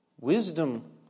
Wisdom